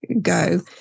go